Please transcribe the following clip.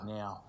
now